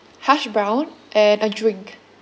hash brown and a drink